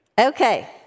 Okay